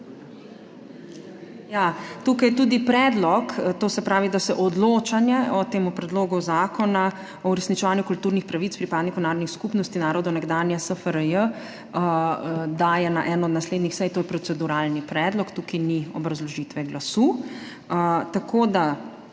Tukaj je predlog, da se odločanje o Predlogu zakona o uresničevanju kulturnih pravic pripadnikov narodnih skupnosti narodov nekdanje SFRJ daje na eno od naslednjih sej. To je proceduralni predlog, tukaj ni obrazložitve glasu. Na